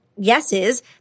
yeses